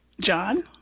John